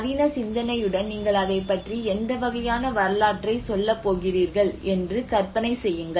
நவீன சிந்தனையுடன் நீங்கள் அதைப் பற்றி எந்த வகையான வரலாற்றைச் சொல்லப் போகிறீர்கள் என்று கற்பனை செய்யுங்கள்